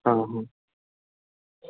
हँ हूँ